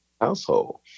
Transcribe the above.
household